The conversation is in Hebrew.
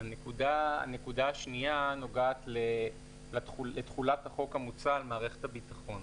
הנקודה השנייה נוגעת לתחולת החוק המוצע על מערכת הביטחון.